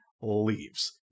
leaves